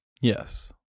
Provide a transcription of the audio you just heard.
Yes